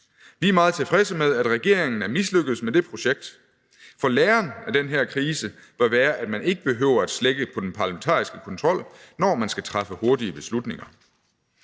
Vi er meget tilfredse med, at regeringen er mislykkedes med det projekt. For læren af den her krise bør være, at man ikke behøver at slække på den parlamentariske kontrol, når man skal træffe hurtige beslutninger.